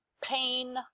pain